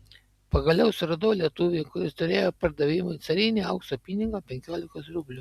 pagaliau suradau lietuvį kuris turėjo pardavimui carinį aukso pinigą penkiolikos rublių